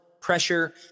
pressure